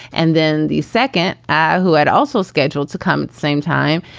and then the second who had also scheduled to come the same time,